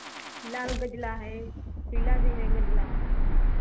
लाल गजला है पीला भी है गजला